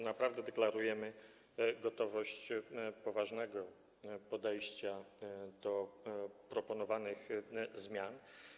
Naprawdę deklarujemy gotowość poważnego podejścia do proponowanych zmian.